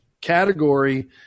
category